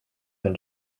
than